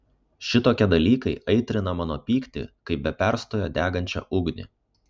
šitokie dalykai aitrina mano pyktį kaip be perstojo degančią ugnį